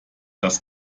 das